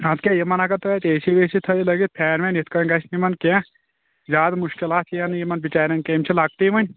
اَدٕ کیٛاہ یِمن اگر تُہۍ اَتہِ اے سی وے سی تہِ تھأوِو لأگِتھ فین وین یِتھٕ پٲٹھۍ گژھِ نہٕ یِمن کیٚنٛہہ زیٛادٕ مُشکِلات یِہَے نہٕ یِمن بِچاریَن کیٚنٛہہ یِم چھِ لۄکٹی وُنہِ